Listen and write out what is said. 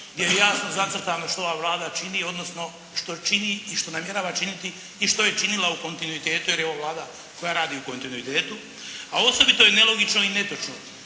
jer je jasno zacrtano što ova Vlada čini odnosno što čini i što namjerava činiti i što je činila u kontinuitetu jer je ovo Vlada koja radi u kontinuitetu. A osobito je nelogično i netočno,